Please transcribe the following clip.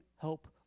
help